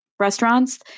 restaurants